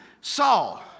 Saul